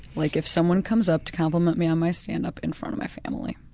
like if someone comes up to compliment me on my stand-up in front of my family.